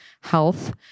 health